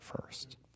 first